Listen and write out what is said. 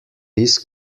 this